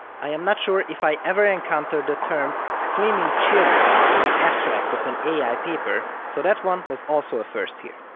i am not sure if i ever encountered the term screaming children in the abstract of an ai paper, so that one was also a first here.